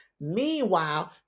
meanwhile